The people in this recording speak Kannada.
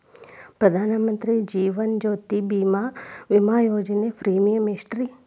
ಪ್ರಧಾನ ಮಂತ್ರಿ ಜೇವನ ಜ್ಯೋತಿ ಭೇಮಾ, ವಿಮಾ ಯೋಜನೆ ಪ್ರೇಮಿಯಂ ಎಷ್ಟ್ರಿ?